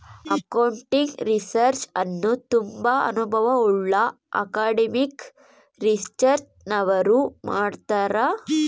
accounting research ಅನ್ನು ತುಂಬಾ ಅನುಭವವುಳ್ಳ ಅಕಾಡೆಮಿಕ್ ರಿಸರ್ಚ್ನವರು ಮಾಡ್ತರ್